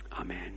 Amen